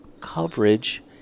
coverage